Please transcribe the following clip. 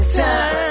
time